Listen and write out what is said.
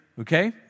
okay